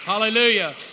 Hallelujah